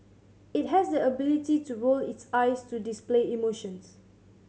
it has the ability to roll its eyes to display emotions